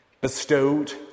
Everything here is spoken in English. Bestowed